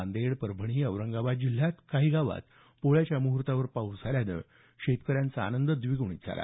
नांदेड परभणी औरंगाबाद जिल्ह्यात काही गावात पोळ्याच्या मुहर्तावर पाऊस पडल्यानं शेतकऱ्यांचा आनंद द्विग्णीत झाला